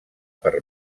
per